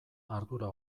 ardura